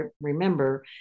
remember